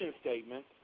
statement